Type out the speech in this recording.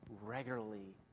regularly